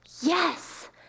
Yes